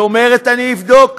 היא אומרת: אני אבדוק.